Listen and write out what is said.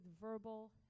verbal